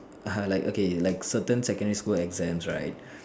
like okay like certain secondary school exams right